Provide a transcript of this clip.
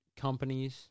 companies